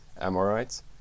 Amorites